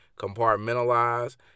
compartmentalize